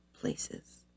places